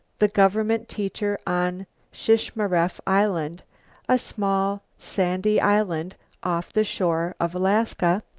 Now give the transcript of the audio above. the government teacher on shishmaref island a small, sandy island off the shore of alaska,